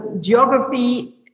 geography